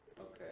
Okay